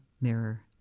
mirror